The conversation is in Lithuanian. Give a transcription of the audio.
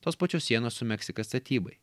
tos pačios sienos su meksika statybai